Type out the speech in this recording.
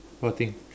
what thing